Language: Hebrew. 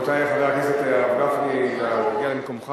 זה איום מפורש או מרומז?